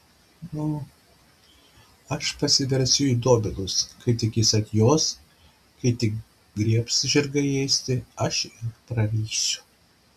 aš pasiversiu į dobilus kai tik jie atjos kai tik griebs žirgai ėsti aš ir prarysiu